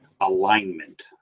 Alignment